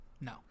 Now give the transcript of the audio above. No